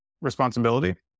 responsibility